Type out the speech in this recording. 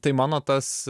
tai mano tas